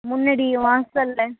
முன்னாடி வாசலில்